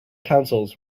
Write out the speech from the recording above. councils